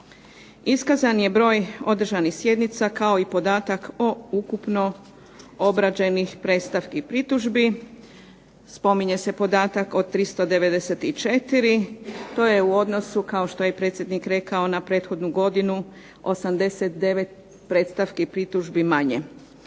Iskazan je broj održanih sjednica kao i podatak o ukupno obrađenih predstavki i pritužbi, spominje se podatak od 394, to je u odnosu kao što je predsjednik rekao na prethodnu godinu 89 predstavki i pritužbi manje.